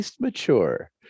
mature